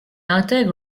intègre